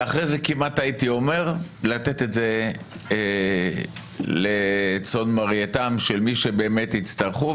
ואחרי זה כמעט הייתי אומר: לתת את זה לצאן מרעיתם של מי שבאמת יצטרכו.